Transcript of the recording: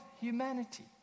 humanity